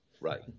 Right